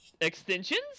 extensions